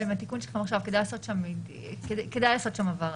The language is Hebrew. כדאי לתת שם הבהרה.